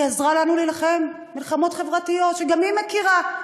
היא עזרה לנו להילחם מלחמות חברתיות שגם היא מכירה.